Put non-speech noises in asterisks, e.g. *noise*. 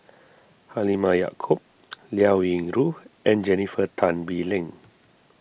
Halimah Yacob *noise* Liao Yingru and Jennifer Tan Bee Leng